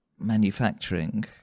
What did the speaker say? manufacturing